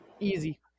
easy